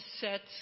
sets